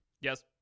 Yes